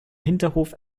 hinterhof